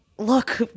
look